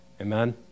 Amen